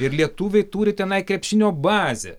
ir lietuviai turi tenai krepšinio bazę